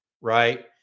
right